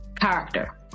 character